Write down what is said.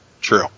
True